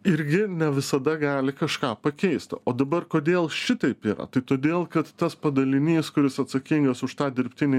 irgi ne visada gali kažką pakeisti o dabar kodėl šitaip yra tai todėl kad tas padalinys kuris atsakingas už tą dirbtinį